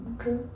Okay